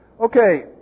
okay